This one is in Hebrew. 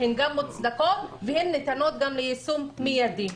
הן גם מוצדקות וניתנות גם ליישום מידי.